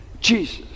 Jesus